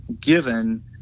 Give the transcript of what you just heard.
given